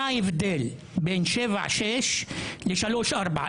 מה ההבדל בין שבעה-שישה לשלושה-ארבעה?